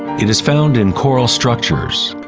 it is found in coral structures,